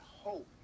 hope